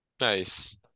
Nice